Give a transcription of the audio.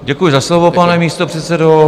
Děkuji za slovo, pane místopředsedo.